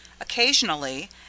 Occasionally